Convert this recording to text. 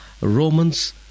Romans